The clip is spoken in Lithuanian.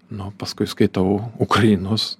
nu paskui skaitau ukrainos